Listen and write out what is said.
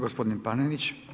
Gospodin Panenić.